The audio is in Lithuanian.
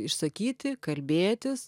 išsakyti kalbėtis